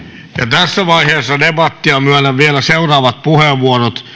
tässä vaiheessa debattia myönnän vielä seuraavat puheenvuorot